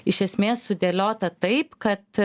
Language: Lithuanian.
iš esmės sudėliota taip kad